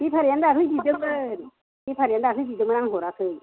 बेफारियानो दाखालै बिदोंमोन बेफारियानो दाखालै बिदोंमोन आं हराखै